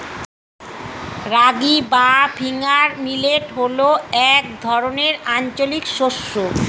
রাগী বা finger millet হল এক ধরনের আঞ্চলিক শস্য